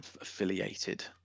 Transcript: affiliated